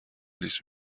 لیس